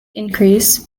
increase